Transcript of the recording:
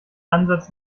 ansatz